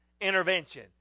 intervention